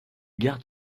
gardes